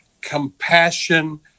compassion